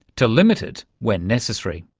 to limit it when necessary.